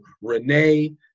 Renee